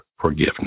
forgiveness